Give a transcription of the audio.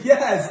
Yes